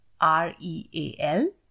R-E-A-L